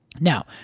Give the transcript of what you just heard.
Now